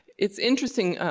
it's interesting,